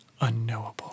Unknowable